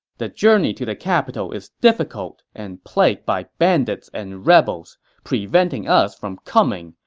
the journey to the capital is difficult and plagued by bandits and rebels, preventing us from coming,